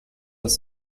das